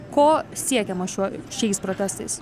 ko siekiama šiuo šiais protestais